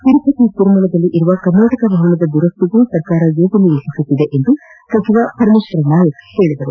ತಿರುಪತಿ ತಿರುಮಲದಲ್ಲಿರುವ ಕರ್ನಾಟಕ ಭವನದ ದುರಸ್ತಿಗೆ ಸರ್ಕಾರ ಯೋಜನೆ ರೂಪಿಸುತ್ತಿದೆ ಎಂದು ಸಚಿವ ಪರಮೇಶ್ವರ ನಾಯಕ್ ಹೇಳಿದ್ದಾರೆ